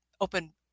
open